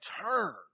turn